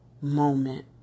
moment